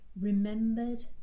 remembered